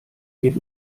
geht